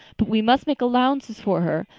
but we must make allowances for her.